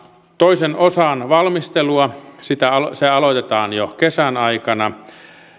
toisen osan valmistelua aloitetaan jo kesän aikana